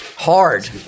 hard